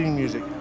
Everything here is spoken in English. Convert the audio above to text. music